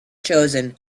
chosen